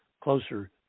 closer